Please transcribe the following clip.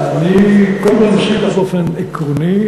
אני קודם כול מסכים אתך, באופן עקרוני.